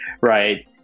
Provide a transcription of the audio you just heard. right